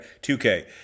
2K